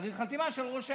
צריך חתימה של ראש העדה.